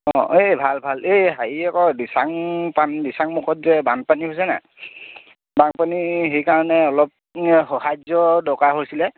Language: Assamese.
অঁ এই ভাল ভাল এই হেৰি আকৌ দিচাং পানী দিচাং মুখত যে বানপানী হৈছে নাই বানপানী সেইকাৰণে অলপ সাহাৰ্য দৰকাৰ হৈছিলে